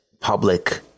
public